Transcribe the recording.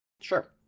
Sure